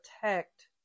protect